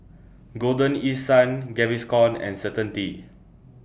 Golden East Sun Gaviscon and Certainty